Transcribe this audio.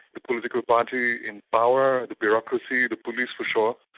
the political party in power, the bureaucracy, the police for sure,